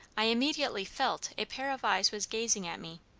i immediately felt a pair of eyes was gazing at me.